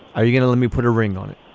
are you going to let me put a ring on it